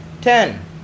Ten